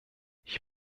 ich